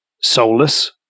soulless